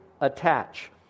attach